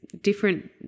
different